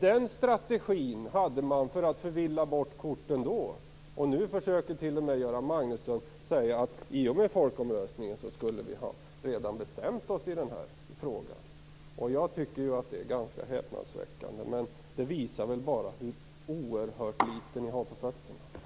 Den strategin hade man då för att blanda bort korten, och nu försöker Göran Magnusson säga att vi i och med folkomröstningen skulle ha bestämt oss i den här frågan. Jag tycker att det är ganska häpnadsväckande, men det visar väl bara hur oerhört litet ni har på fötterna.